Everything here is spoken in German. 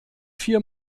vier